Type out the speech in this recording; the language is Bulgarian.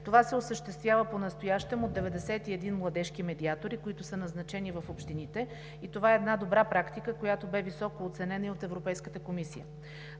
Това се осъществява понастоящем от 91 младежки медиатори, които са назначени в общините. Това е една добра практика, която бе високо оценена и от Европейската комисия.